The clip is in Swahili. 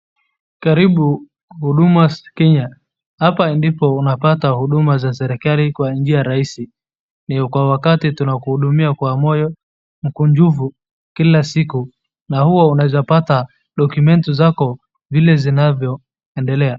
Karibu huduma Kenya hapa ndipo unapata huduma za serikali kwa njia rahisi ni kwa wakati tunakuhumia kwa moyo mkunjufu. Kila siku na huwa unaweza pata document zako vile zinavyo endelea.